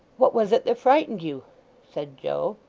what was it that frightened you said joe.